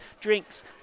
drinks